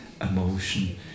emotion